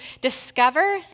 discover